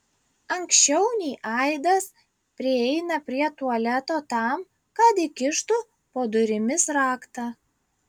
anksčiau nei aidas prieina prie tualeto tam kad įkištų po durimis raktą